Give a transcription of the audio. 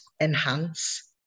enhance